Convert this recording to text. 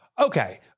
Okay